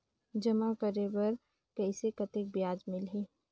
जमा करे बर कइसे कतेक ब्याज मिलही?